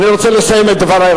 אני רוצה לסיים את דברי,